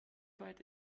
weit